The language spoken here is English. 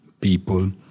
people